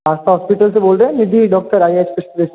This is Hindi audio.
आस्था हॉस्पिटल से बोल रहे हैं निधि डॉक्टर आई स्पेशलिस्ट